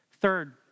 Third